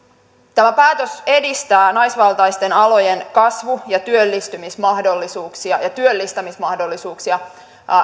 tämä päätös edistää naisvaltaisten alojen kasvu ja työllistämismahdollisuuksia ja työllistämismahdollisuuksia